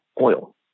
oil